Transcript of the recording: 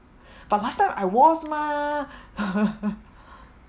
but last time I was mah